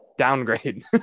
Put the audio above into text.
downgrade